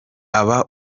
aba